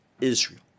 Israel